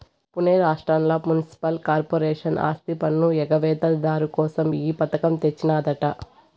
పునే రాష్ట్రంల municipal corporation ఆస్తిపన్ను ఎగవేత దారు కోసం ఈ పథకం తెచ్చినాదట